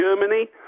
Germany